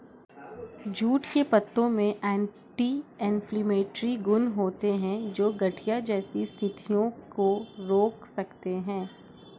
jute के पत्तों में एंटी इंफ्लेमेटरी गुण होते हैं, जो गठिया जैसी स्थितियों को रोक सकते हैं